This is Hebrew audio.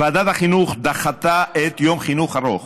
דחתה ועדת החינוך את יום חינוך ארוך.